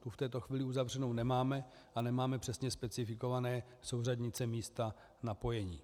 Tu v této chvíli uzavřenou nemáme a nemáme přesně specifikované souřadnice místa napojení.